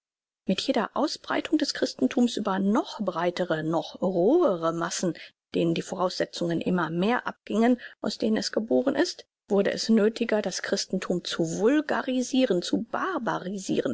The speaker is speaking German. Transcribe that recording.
mit jeder ausbreitung des christentums über noch breitere noch rohere massen denen die voraussetzungen immer mehr abgiengen aus denen es geboren ist wurde es nöthiger das christentum zu vulgarisiren zu